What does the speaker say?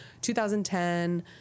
2010